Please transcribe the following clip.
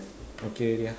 okay already ah